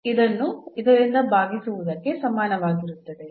ಇದು ಇದನ್ನು ಇದರಿಂದ ಭಾಗಿಸುವುದಕ್ಕೆ ಸಮಾನವಾಗಿರುತ್ತದೆ